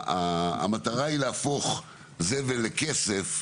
המטרה היא להפוך זבל לכסף,